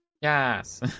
Yes